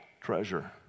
treasure